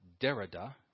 Derrida